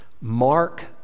mark